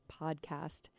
podcast